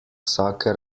vsake